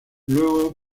luego